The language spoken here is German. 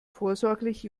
vorsorglich